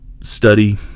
study